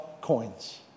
coins